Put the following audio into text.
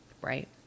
Right